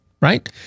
right